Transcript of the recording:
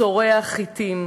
זורע חיטים,